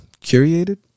curated